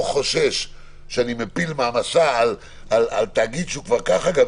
בואו נאמר שאם לא הייתי חושש שאני מפיל מעמסה על תאגיד שגם כך כבר